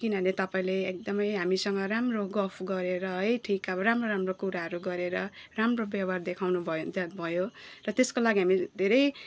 किनभने तपाईँले एकदमै हामीसँग राम्रो गफ गरेर है ठिक अब राम्रो राम्रो कुराहरू गरेर राम्रो व्यवहार देखाउनु भयो नि त भयो र त्यसको लागि हामी धेरै